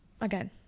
again